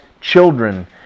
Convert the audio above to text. children